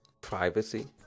privacy